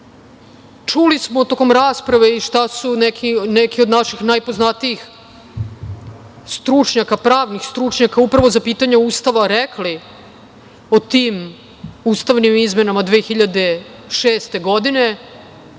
Čuli smo tokom rasprave šta su neki od naših najpoznatijih stručnjaka, pravnih stručnjaka upravo za pitanje Ustava rekli o tim ustavnim izmenama 2006. godine,